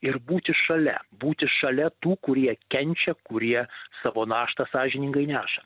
ir būti šalia būti šalia tų kurie kenčia kurie savo naštą sąžiningai neša